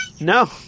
No